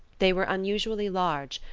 they were unusually large,